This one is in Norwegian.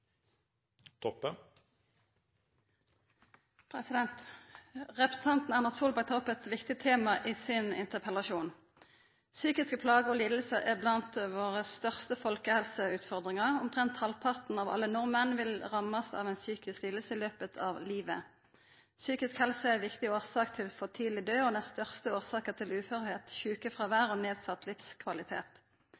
sammen. Representanten Erna Solberg tek opp eit viktig tema i sin interpellasjon. Psykiske plager og lidingar er blant dei største folkehelseutfordringane våre. Om lag halvparten av alle nordmenn blir råka av ei psykisk liding i løpet av livet. Psykisk helse er ei viktig årsak til for tidleg død og den største årsaka til